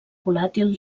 volàtil